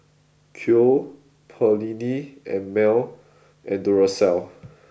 Qoo Perllini and Mel and Duracell